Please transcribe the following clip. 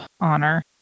Honor